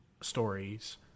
stories